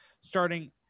starting